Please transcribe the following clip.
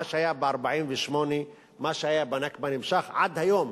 מה שהיה ב-1948, מה שהיה בנכבה נמשך עד היום.